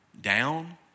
down